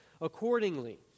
accordingly